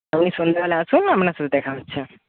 ওই সন্ধেবেলা আসুন আপনার সাথে দেখা হচ্ছে